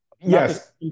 Yes